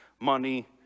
money